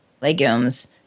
legumes